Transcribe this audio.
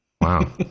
Wow